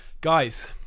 Guys